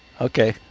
Okay